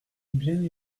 bien